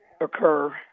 occur